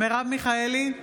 מרב מיכאלי,